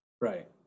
Right